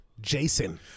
Jason